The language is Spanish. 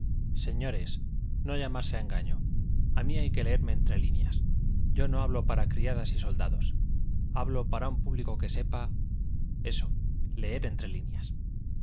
señores no llamarse a engaño a mí hay que leerme entre líneas yo no hablo para criadas y soldados hablo para un público que sepa eso leer entre líneas